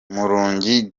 murungi